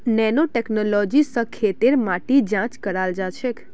nano technology स खेतेर माटी जांच कराल जाछेक